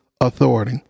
authority